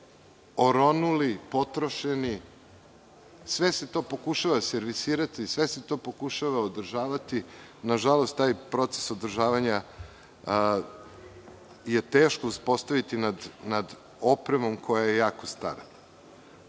oronuli, potrošeni. Sve se to pokušava servisirati, sve se to pokušava održavati, na žalost taj proces održavanja je teško uspostaviti nad opremom koja je jako stara.U